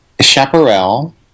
chaparral